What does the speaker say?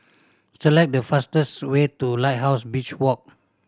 select the fastest way to Lighthouse Beach Walk